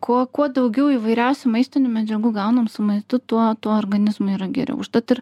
kuo kuo daugiau įvairiausių maistinių medžiagų gaunam su maistu tuo tuo organizmui yra geriau užtat ir